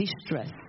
Distress